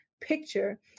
picture